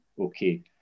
Okay